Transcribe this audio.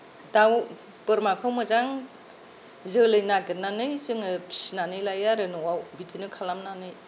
दाउ बोरमाखौ मोजां जोलै नागिरनानै जोङो फिसिनानै लायो आरो न'आव बिदिनो खालामनानै